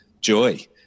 joy